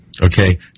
Okay